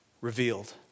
revealed